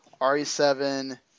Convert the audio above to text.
RE7